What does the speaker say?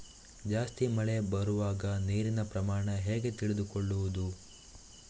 ಜಾಸ್ತಿ ಮಳೆ ಬರುವಾಗ ನೀರಿನ ಪ್ರಮಾಣ ಹೇಗೆ ತಿಳಿದುಕೊಳ್ಳುವುದು?